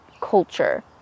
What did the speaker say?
culture